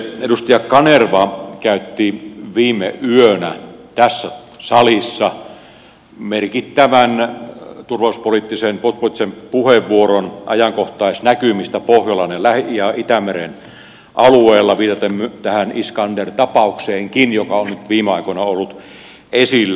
edustaja kanerva käytti viime yönä tässä salissa merkittävän turvallisuuspoliittisen puolustuspoliittisen puheenvuoron ajankohtaisnäkymistä pohjolan ja itämeren alueella viitaten tähän iskander tapaukseenkin joka on nyt viime aikoina ollut esillä